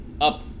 up